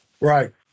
Right